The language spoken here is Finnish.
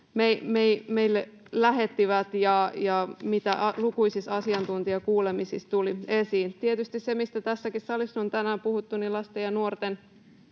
meille lähettivät ja mitä lukuisissa asiantuntijakuulemisissa tuli esiin. Tietysti se, mistä tässäkin salissa on tänään puhuttu, on lasten ja nuorten